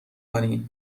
کنی